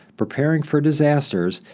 preparing for disasters,